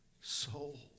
soul